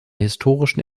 historischen